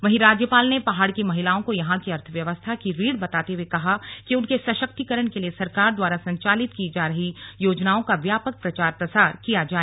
वहीं राज्यपाल ने पहाड़ की महिलाओं को यहां की अर्थव्यवस्था की रीढ़ बताते हुए कहा कि उनके सशक्तिकरण के लिए सरकार द्वारा संचालित की जा रही योजनाओं का व्यापक प्रचार प्रसार किया जाए